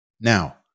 Now